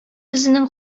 үзенең